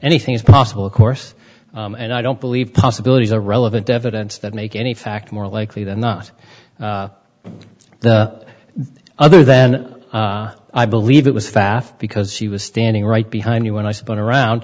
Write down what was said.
anything's possible of course and i don't believe possibilities are relevant evidence that make any fact more likely than not the other then i believe it was fast because she was standing right behind me when i spun around